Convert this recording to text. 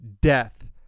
death